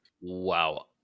Wow